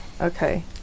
Okay